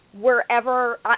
wherever